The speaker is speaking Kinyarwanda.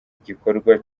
igikorwa